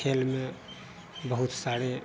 में बहुत सारे